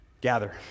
gather